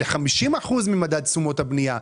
ל-50% ממדד תשומות הבנייה.